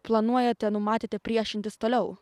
planuojate numatėte priešintis toliau